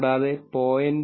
കൂടാതെ 0